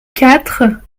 quatre